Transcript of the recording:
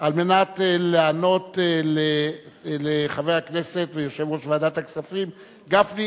על מנת לענות לחבר הכנסת ויושב-ראש ועדת הכספים גפני,